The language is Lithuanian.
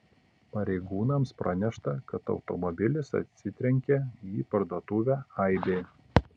pareigūnams pranešta kad automobilis atsitrenkė į parduotuvę aibė